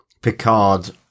Picard